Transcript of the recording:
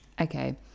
Okay